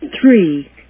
three